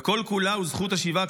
וכל-כולה זכות השיבה,